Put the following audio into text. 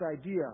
idea